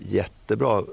jättebra